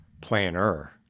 planner